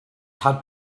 had